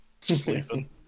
Sleeping